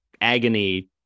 agony